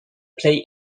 play